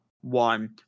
one